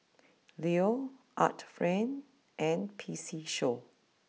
Leo Art Friend and P C show